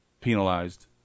penalized